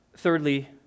Thirdly